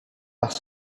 par